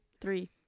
three